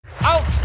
out